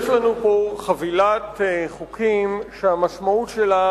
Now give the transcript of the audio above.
יש לנו פה חבילת חוקים שהמשמעות שלה